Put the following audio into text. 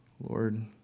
Lord